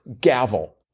gavel